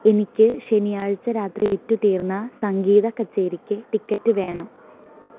എനിക്ക് ശനിയാഴ്ച രാത്രി വിറ്റുതീർന്ന സംഗീതക്കച്ചേരിക്ക് ടിക്കറ്റ് വേണം